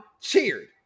cheered